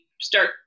start